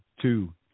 two